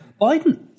Biden